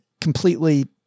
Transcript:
completely